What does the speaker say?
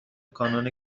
کانون